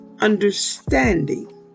understanding